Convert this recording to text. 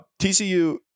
TCU